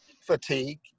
Fatigue